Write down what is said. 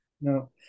No